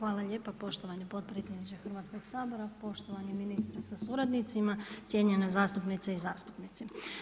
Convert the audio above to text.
Hvala lijepa poštovani potpredsjedniče Hrvatskog sabora, poštovani ministre sa suradnicima, cijenjene zastupnice i zastupnici.